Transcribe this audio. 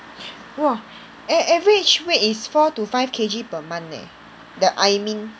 !wah! av~ av~ average weight is four to five K_G per month leh the Aimin